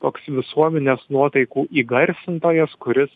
toks visuomenės nuotaikų įgarsintojas kuris